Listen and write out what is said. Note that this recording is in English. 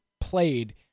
played